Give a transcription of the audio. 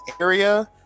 area